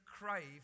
crave